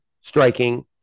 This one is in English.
striking